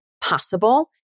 possible